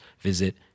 visit